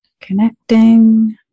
connecting